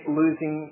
losing